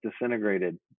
disintegrated